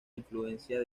influencia